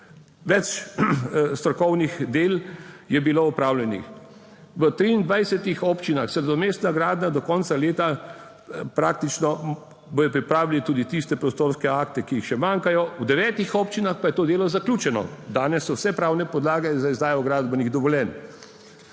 Več strokovnih del je bilo opravljenih. V 23 občinah se nadomestna gradnja do konca leta praktično bodo pripravili tudi tiste prostorske akte, ki še manjkajo, v devetih občinah pa je to delo zaključeno. Danes so vse pravne podlage za izdajo gradbenih dovoljenj.